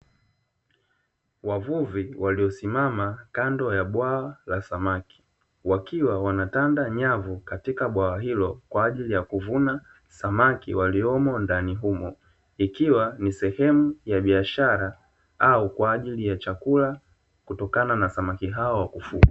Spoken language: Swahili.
Wavuvi waliosimama kando ya bwawa la samaki wakiwa wanatanda nyavu katika bwawa hilo kwa ajili ya kuvuna samaki waliomo ndani humo, ikiwa ni sehemu ya biashara au kwa ajili ya chakula kutokana na samaki hao kufugwa.